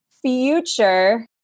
future